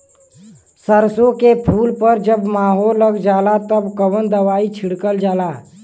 सरसो के फूल पर जब माहो लग जाला तब कवन दवाई छिड़कल जाला?